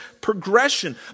progression